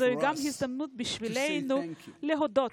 זוהי גם הזדמנות בשבילנו להודות